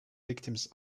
victims